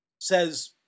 says